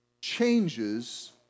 changes